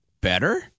better